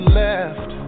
left